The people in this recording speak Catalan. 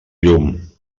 llum